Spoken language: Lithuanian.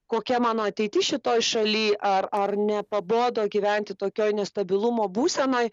kokia mano ateitis šitoj šaly ar ar nepabodo gyventi tokioj nestabilumo būsenoj